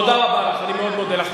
תודה רבה לך, אני מאוד מודה לך.